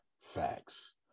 facts